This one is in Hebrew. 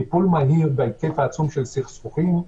טיפול מהיר בהיקף העצום של סכסוכים.